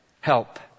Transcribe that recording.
help